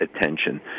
attention